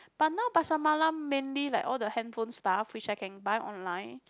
but now Pasar Malam mainly like all the handphone stuff which I can buy online